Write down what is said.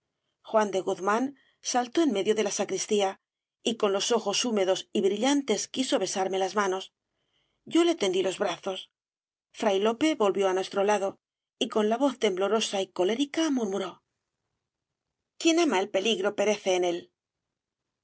juan de guzmán saltó en medio de la sacristía y con los ojos húmedos y brillantes quiso besarme las manos yo le tendí los brazos fray lope volvió á nuestro lado y con la voz temblorosa y colérica murmuró íquien ama el peligro perece en él